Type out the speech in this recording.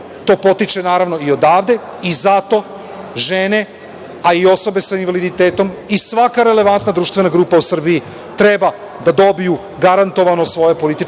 To potiče naravno i odavde i zato žene a i osobe sa invaliditetom i svaka relevantna društvena grupa u Srbiji treba da dobiju garantovano svoje političko